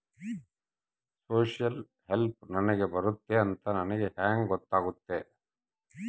Social help ನನಗೆ ಬರುತ್ತೆ ಅಂತ ನನಗೆ ಹೆಂಗ ಗೊತ್ತಾಗುತ್ತೆ?